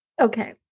Okay